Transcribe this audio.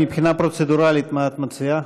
מבחינה פרוצדורלית מה את מציעה?